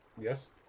Yes